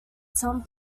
some